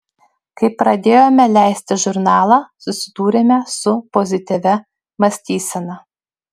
kai pradėjome leisti žurnalą susidūrėme su pozityvia mąstysena